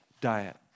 diet